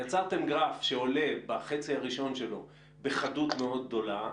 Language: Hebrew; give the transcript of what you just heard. יצרתם גרף שעולה בחציו הראשון בחדות מאוד גדולה.